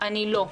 אני לא.